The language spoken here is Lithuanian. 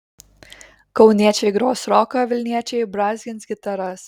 kauniečiai gros roką vilniečiai brązgins gitaras